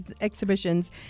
exhibitions